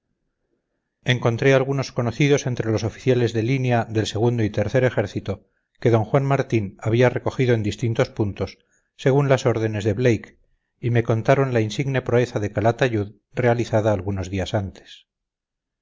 encontré algunos conocidos entre los oficiales de línea del segundo y tercer ejército que d juan martín había recogido en distintos puntos según las órdenes de blake y me contaron la insigne proeza de calatayud realizada algunos días antes